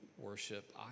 worship